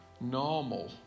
normal